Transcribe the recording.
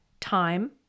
time